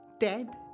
Dead